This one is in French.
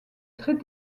très